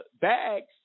bags